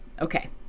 Okay